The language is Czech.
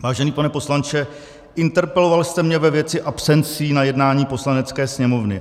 Vážený pane poslanče, interpeloval jste mě ve věci absencí na jednání Poslanecké sněmovny.